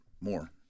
more